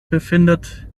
befindet